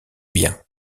biens